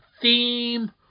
theme